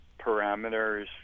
parameters